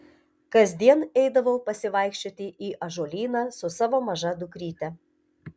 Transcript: kasdien eidavau pasivaikščioti į ąžuolyną su savo maža dukryte